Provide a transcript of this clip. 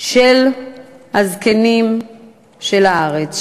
של הזקנים בארץ,